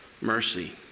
mercy